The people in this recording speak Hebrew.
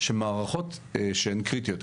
שמערכות שהן קריטיות,